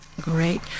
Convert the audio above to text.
Great